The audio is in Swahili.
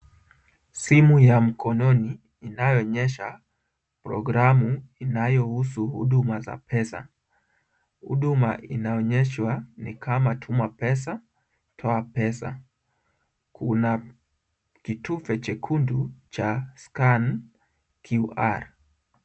Simu ya mkononi inayoonyesha programu inayohusu huduma za pesa, huduma inaonyeshwa ni kama tuma pesa, toa pesa, kuna kitufe chekundu cha scan QR .